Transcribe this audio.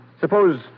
Suppose